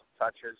touches